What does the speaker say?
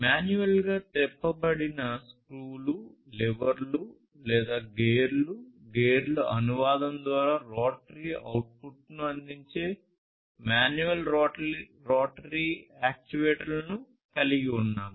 మాన్యువల్గా తిప్పబడిన స్క్రూలు లివర్లు లేదా గేర్లు గేర్ల అనువాదం ద్వారా రోటరీ అవుట్పుట్ను అందించే మాన్యువల్ రోటరీ యాక్యుయేటర్లను కలిగి ఉన్నాము